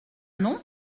non